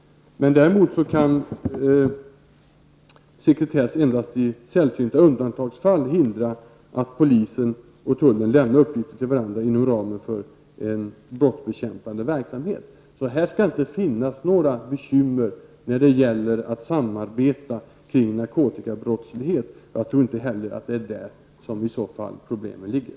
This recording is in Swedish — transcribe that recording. Däremot kan sekretess endast i sällsynta undantagsfall hindra att polisen och tullen lämnar uppgifter till varandra inom ramen för den brottsbekämpande verksamheten. Här skall det inte finnas några bekymmer när det gäller att samarbeta kring narkotikabrottslighet. Jag tror inte heller det är där som i så fall problemen ligger.